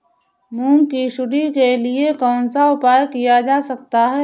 मूंग की सुंडी के लिए कौन सा उपाय किया जा सकता है?